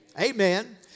Amen